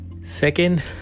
Second